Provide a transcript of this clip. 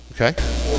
okay